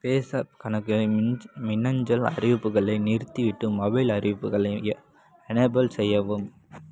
பேஸாப் கணக்கை மின் மின்னஞ்சல் அறிவிப்புகளை நிறுத்திவிட்டு மொபைல் அறிவிப்புகளை எ எனேபிள் செய்யவும்